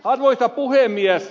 arvoisa puhemies